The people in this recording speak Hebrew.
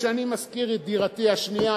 כשאני משכיר את דירתי השנייה,